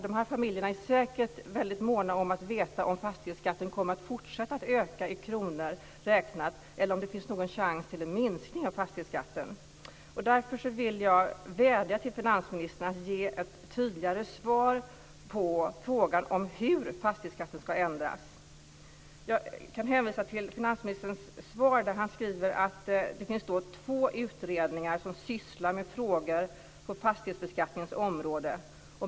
Dessa familjer är säkert väldigt måna om att veta om fastighetsskatten kommer att fortsätta öka i kronor räknat eller om det finns någon chans till en minskning av fastighetsskatten. Jag kan hänvisa till finansministerns svar där han skriver att det finns två utredningar som sysslar med frågor på fastighetsbeskattningens område.